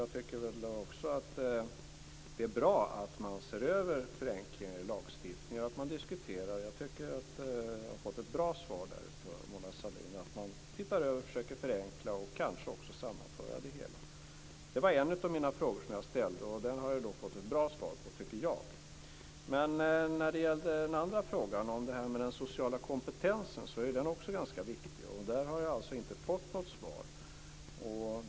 Jag tycker att det är bra att man ser över och diskuterar förenklingen i lagstiftningen. Det är ett bra svar jag har fått från Mona Sahlin, att man ser över, försöker förenkla och kanske också sammanför det hela. Det var om detta som en av mina frågor jag ställde handlade om, och den har jag fått ett bra svar på, tycker jag. Men den andra frågan, om den sociala kompetensen, är också ganska viktig. På den frågan har jag inte fått något svar.